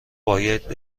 باید